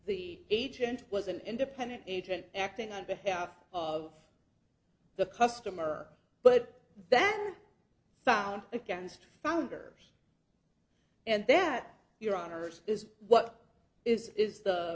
the agent was an independent agent acting on behalf of the customer but then found against founder and then at your honour's is what is is the